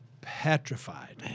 petrified